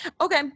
Okay